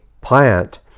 plant